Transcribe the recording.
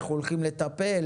אנחנו הולכים לטפל,